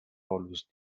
volus